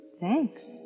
Thanks